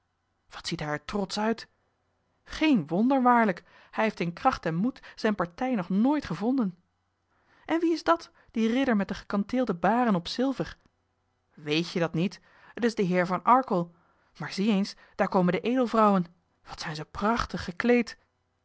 wat ziet hij er trotsch uit geen wonder waarlijk hij heeft in kracht en moed zijne partij nog nooit gevonden en wie is dat die ridder met de gekanteelde baren op zilver weet je dat niet t is de heer van arkel maar zie eens daar komen de edelvrouwen wat zijn ze prachtig gekleed